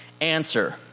answer